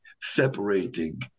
separating